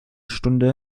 stunde